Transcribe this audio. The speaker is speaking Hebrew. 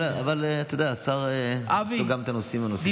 אבל אתה יודע, לשר יש גם את הנושאים הנוספים שלו.